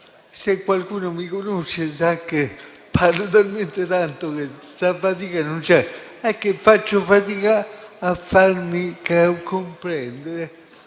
se qualcuno mi conosce, sa che parlo talmente tanto che la fatica non c'è. È che faccio fatica a farmi comprendere.